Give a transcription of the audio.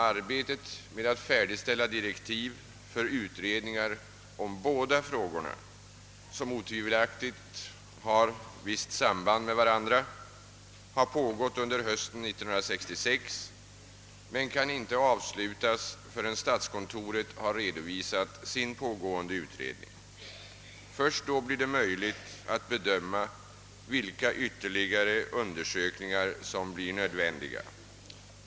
Arbetet med att färdigställa direktiv för utredningar om båda frågorna, som otvivelaktigt äger visst samband med varandra, har pågått under hösten 1966 men kan inte avslutas förrän statskontoret har redovisat sin pågående utredning. Först då blir det möjligt att bedöma vilka ytterligare undersökningar som blir nödvändiga.